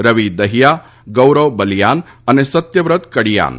રવિ દહિયા ગૌરવ બલિયાન અને સત્યવ્રત કડિયાન